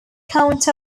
count